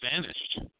vanished